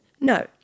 no